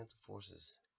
forces